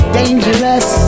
dangerous